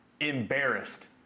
embarrassed